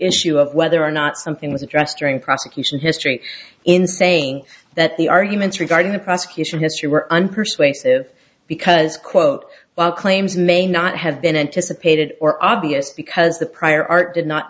issue of whether or not something was addressed during prosecution history in saying that the arguments regarding the prosecution history were unpersuasive because quote while claims may not have been anticipated or obvious because the prior art did not